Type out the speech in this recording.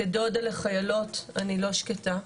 כדודה לחיילות, אני לא שקטה,